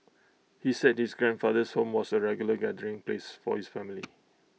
he said his grandfather's home was A regular gathering place for his family